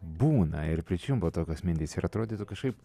būna ir pričiumpa tokios mintys ir atrodytų kažkaip